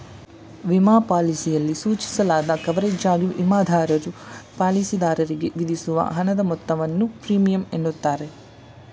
ವಿಮಾ ಪಾಲಿಸಿಯಲ್ಲಿ ಸೂಚಿಸಲಾದ ಕವರೇಜ್ಗಾಗಿ ವಿಮಾದಾರರು ಪಾಲಿಸಿದಾರರಿಗೆ ವಿಧಿಸುವ ಹಣದ ಮೊತ್ತವನ್ನು ಪ್ರೀಮಿಯಂ ಎನ್ನುತ್ತಾರೆ